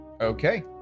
Okay